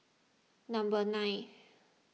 number nine